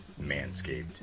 Manscaped